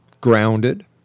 grounded